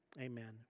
Amen